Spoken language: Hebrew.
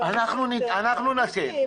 אנחנו --- מיקי,